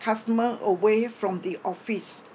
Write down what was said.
customer away from the office